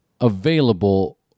available